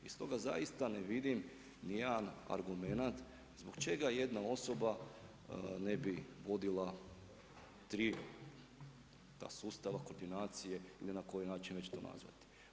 I stoga zaista ne vidim nijedan argument zbog čega jedna osoba ne bi vodila tri ta sustava koordinacije ili na koji način već to nazvati.